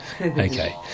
Okay